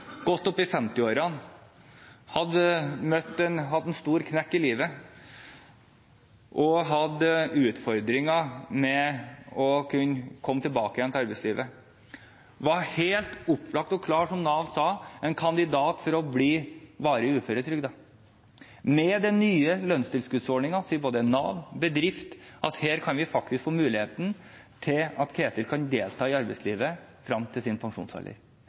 godt oppi femtiårene, hadde hatt en stor knekk i livet og hadde utfordringer med å kunne komme tilbake til arbeidslivet. Han var, som det ble sagt fra Nav, en helt klar og opplagt person til å bli varig uføretrygdet. Med den nye lønnstilskuddsordningen sier både Nav og bedriften at Ketil faktisk kan få mulighet til å delta i arbeidslivet frem til